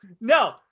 no